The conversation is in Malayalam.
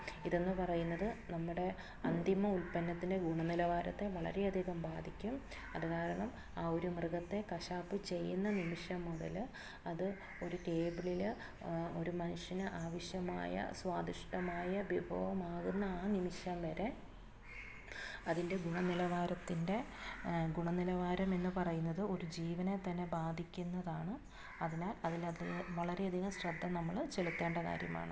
ഇതെന്ന് പറയുന്നത് നമ്മുടെ അന്തിമ ഉൽപ്പന്നത്തിൻ്റെ ഗുണനിലവാരത്തെ വളരെയധികം ബാധിക്കും അതുകാരണം ആ ഒരു മൃഗത്തെ കശാപ്പ് ചെയ്യുന്ന നിമിഷം മുതൽ അത് ഒരു ടേബിളിൽ ഒരു മനുഷ്യന് ആവിശ്യമായ സ്വാദിഷ്ടമായ വിഭവമാകുന്ന ആ നിമിഷം വരെ അതിൻ്റെ ഗുണനിലവാരത്തിൻ്റെ ഗുണനിലവാരമെന്ന് പറയുന്നത് ഒരു ജീവനെ തന്നെ ബാധിക്കുന്നതാണ് അതിനാൽ അതിനകത്ത് വളരെയധികം ശ്രദ്ധ നമ്മൾ ചെലുത്തേണ്ട കാര്യമാണ്